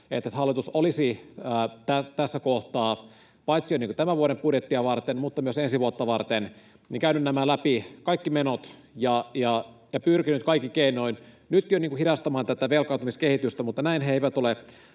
että hallitus olisi tässä kohtaa, paitsi jo tämän vuoden budjettia varten myös ensi vuotta varten, käynyt läpi kaikki menot ja pyrkinyt kaikin keinoin jo nyt hidastamaan velkaantumiskehitystä, mutta näin he eivät ole